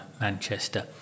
Manchester